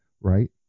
right